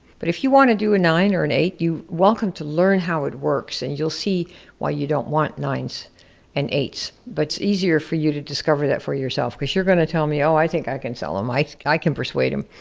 but if you wanna do a nine or an eight, you're welcome to learn how it works and you'll see why you don't want nines and eights. but it's easier for you to discover that for yourself, cause you're gonna tell me, oh, i think i can sell um them, i can persuade them,